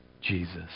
Jesus